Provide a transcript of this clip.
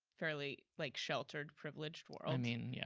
fairly like sheltered, privileged world, i mean yeah